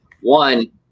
one